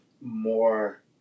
more